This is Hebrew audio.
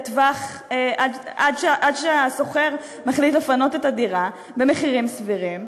עד שהשוכר מחליט לפנות את הדירה במחירים סבירים.